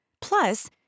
Plus